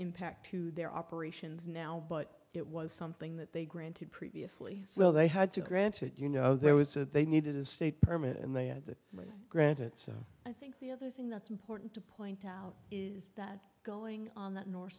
impact to their operations now but it was something that they granted previously so they had to grant it you know there was that they needed a state permit and they had to grant it so i think the other thing that's important to point out is that going on that nor